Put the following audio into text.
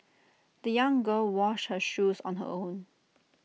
the young girl washed her shoes on her own